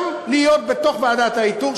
גם להיות בתוך ועדת האיתור,